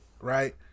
right